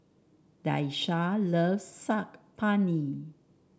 Daisha loves Saag Paneer